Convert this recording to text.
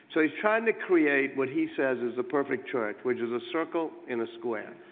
so he's trying to create what he says is a perfect church which is a circle in a square.